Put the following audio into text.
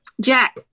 Jack